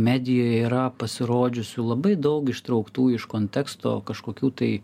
medijoje yra pasirodžiusių labai daug ištrauktų iš konteksto kažkokių tai